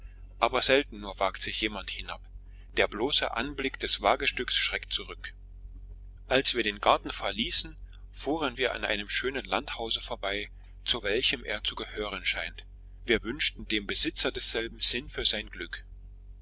aber selten nur wagt jemand sich hinab der bloße anblick des wagestücks schreckt zurück als wir den garten verließen fuhren wir an einem schönen landhause vorbei zu welchem er zu gehören scheint wir wünschten dem besitzer desselben sinn für sein glück